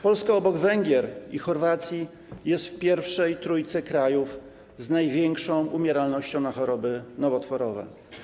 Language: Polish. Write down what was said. Polska obok Węgier i Chorwacji jest w pierwszej trójce krajów z największą umieralnością na choroby nowotworowe.